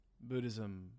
Buddhism